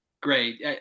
Great